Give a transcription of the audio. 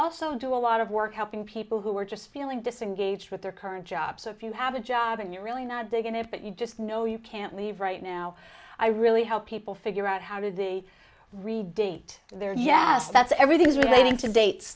also do a lot of work helping people who are just feeling disengaged with their current job so if you have a job and you're really not going to have but you just know you can't leave right now i really help people figure out how did they re date their yes that's everything's relating to dates